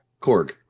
Korg